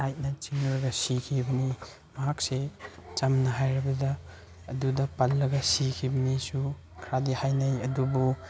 ꯂꯥꯏꯠꯅ ꯆꯤꯡꯂꯒ ꯁꯤꯈꯤꯕꯅꯤ ꯃꯍꯥꯛꯁꯦ ꯆꯝꯅ ꯍꯥꯏꯔꯕꯗ ꯑꯗꯨꯗ ꯄꯜꯂꯒ ꯁꯤꯈꯤꯕꯅꯤꯁꯨ ꯈꯔꯗꯤ ꯍꯥꯏꯅꯩ ꯑꯗꯨꯕꯨ